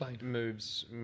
moves